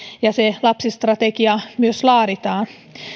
ja se lapsistrategia myös laaditaan